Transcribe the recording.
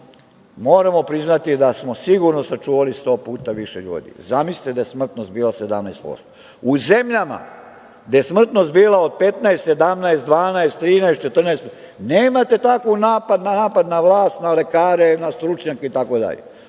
moramo priznati da smo sigurno sačuvali sto puta više ljudi. Zamislite da je smrtnost bila 17%.U zemljama gde je smrtnost bila od 15, 17, 12, 13, 14% nemate takav napad na vlast, na lekare, na stručnjake itd.